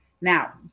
Now